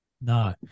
No